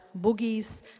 boogies